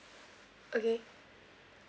okay